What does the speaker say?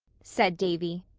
said davy.